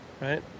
right